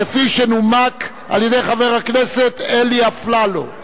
כפי שנומק על-ידי חבר הכנסת אלי אפללו.